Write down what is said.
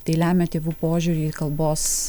tai lemia tėvų požiūrį į kalbos